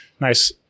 nice